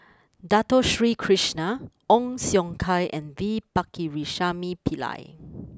Dato Sri Krishna Ong Siong Kai and V Pakirisamy Pillai